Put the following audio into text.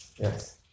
Yes